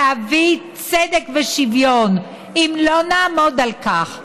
להביא צדק ושוויון, אם לא נעמוד על כך היום,